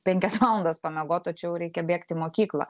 penkias valandas pamiegot o čia jau reikia bėgt į mokyklą